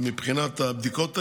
מבחינת הבדיקות האלה,